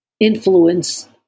influence